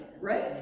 Right